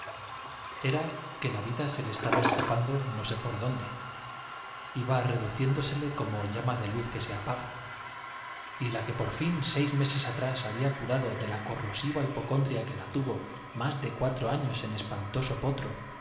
era que la vida se le estaba escapando no sé por dónde iba reduciéndosele como llama de luz que se apaga i y la que por fin seis meses atrás había curado de lar corrosiva hipocondría que la tuvo más de cuatro años en espantoso potro